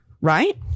Right